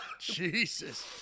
Jesus